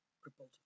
crippled